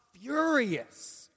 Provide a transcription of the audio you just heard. furious